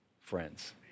friends